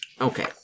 Okay